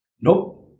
Nope